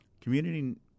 Community